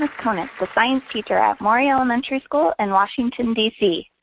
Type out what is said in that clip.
and conant, the science teacher at maury elementary school in washington, d c.